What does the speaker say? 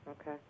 Okay